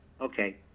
okay